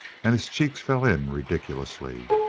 and his cheeks fell in ridiculously.